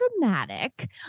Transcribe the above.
dramatic